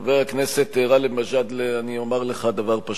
חבר הכנסת גאלב מג'אדלה, אני אומַר לך דבר פשוט.